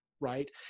right